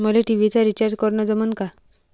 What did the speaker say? मले टी.व्ही चा रिचार्ज करन जमन का?